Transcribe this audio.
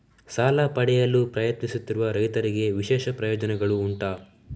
ಸಾಲ ಪಡೆಯಲು ಪ್ರಯತ್ನಿಸುತ್ತಿರುವ ರೈತರಿಗೆ ವಿಶೇಷ ಪ್ರಯೋಜನೆಗಳು ಉಂಟಾ?